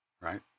right